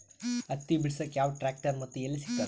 ಹತ್ತಿ ಬಿಡಸಕ್ ಯಾವ ಟ್ರ್ಯಾಕ್ಟರ್ ಮತ್ತು ಎಲ್ಲಿ ಸಿಗತದ?